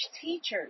teachers